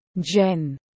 Jen